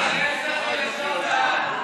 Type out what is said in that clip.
ההצעה להעביר את הצעת חוק הכשרות המשפטית